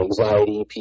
anxiety